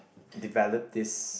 develop this